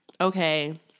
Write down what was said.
okay